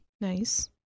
Nice